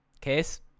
Case